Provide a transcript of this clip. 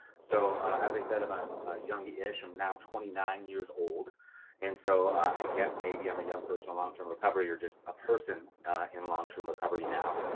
so as i said, i am a youngish, i'm now twenty nine years old and so i guess maybe i'm a young person in long-term recovery or just a person in long-term recovery now.